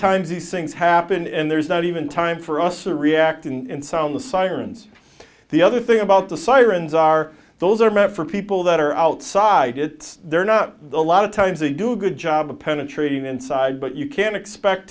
times these things happen and there's not even time for us to react and sound the sirens the other thing about the sirens are those are meant for people that are outside it they're not a lot of times they do a good job of penetrating inside but you can expect